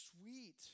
sweet